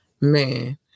Man